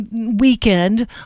weekend